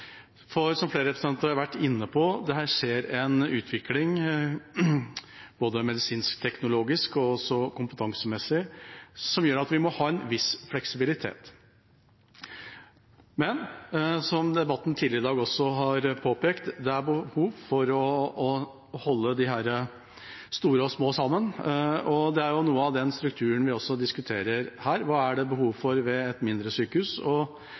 for, som flere representanter har vært inne på, det skjer en utvikling her – både medisinsk-teknologisk og kompetansemessig – som gjør at vi må ha en viss fleksibilitet. Men, som det også er påpekt i debatten tidligere i dag, det er behov for å holde de store og små sammen, og det er noe av den strukturen vi også diskuterer her. Hva er det behov for ved et mindre sykehus,